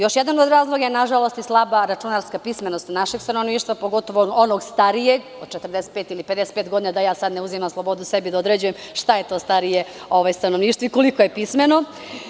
Još jedan od razloga je, nažalost, slaba računarska pismenost našeg stanovništva, pogotovo onog starijeg, od 45 ili 55 godina, da ja sada ne uzimam slobodu sebi da određujem šta je to starije stanovništvo i koliko je pismeno.